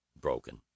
broken